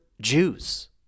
Jews